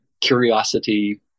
curiosity